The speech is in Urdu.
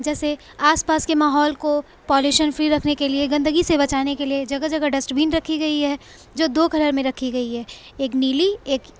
جیسے آس پاس کے ماحول کو پولیوشن فری رکھنے کے لیے گندگی سے بچانے کے لیے جگہ جگہ ڈسٹبین رکھی گئی ہے جو دو کلر میں رکھی گئی ہے ایک نیلی ایک